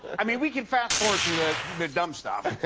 i mean, we can fast forward through the the dumb stuff.